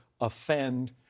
offend